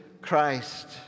Christ